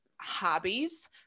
hobbies